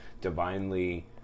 divinely